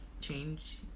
change